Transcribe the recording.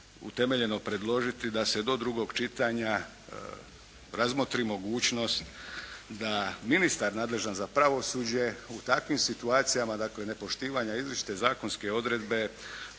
utemeljeno predložiti da se do drugog čitanja razmotri mogućnost da ministar nadležan za pravosuđe u takvim situacijama, dakle nepoštivanja izričite zakonske odredbe